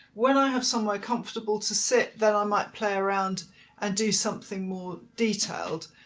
when i have somewhere comfortable to sit then i might play around and do something more detailed.